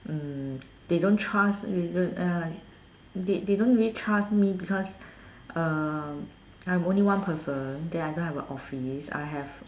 mm they don't trust they they don't really trust me because uh I am only one person then I don't a office I have